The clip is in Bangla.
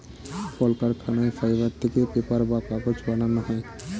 কলকারখানায় ফাইবার থেকে পেপার বা কাগজ বানানো হয়